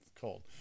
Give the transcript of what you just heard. Cold